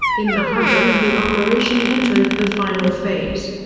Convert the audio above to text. in the harbor, and the operation entered the final phase.